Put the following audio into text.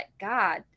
God